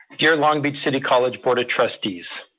dear long beach city college board of trustees.